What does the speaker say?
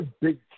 big